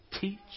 teach